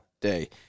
day